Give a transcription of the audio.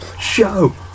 Show